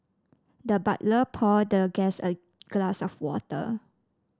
the butler poured the guest a glass of water